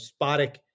SPOTIC